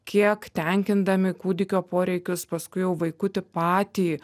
kiek tenkindami kūdikio poreikius paskui jau vaikutį patį